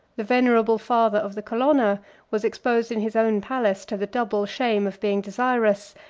the venerable father of the colonna was exposed in his own palace to the double shame of being desirous,